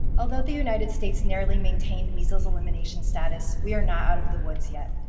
although the united states nearly maintained measles elimination status, we're not out of the woods yet.